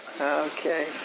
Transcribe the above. Okay